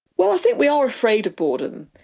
well, i think we are afraid of boredom.